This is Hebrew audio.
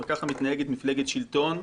ככה מנהגת מפלגת שלטון.